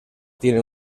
tiene